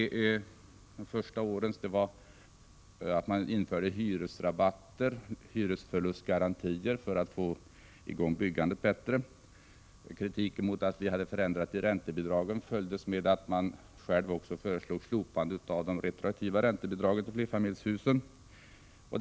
Under den första delen av regeringsperioden införde socialdemokraterna hyresrabatter och hyresförlustgarantier för att få i gång byggandet. Kritiken mot att vi ändrat reglerna för räntebidragen följdes av att socialdemokraterna föreslog att de retroaktiva räntebidragen skulle slopas för flerfamiljshusen.